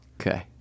Okay